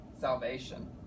salvation